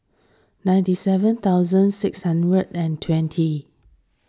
ninety seven thousand six hundred and twenty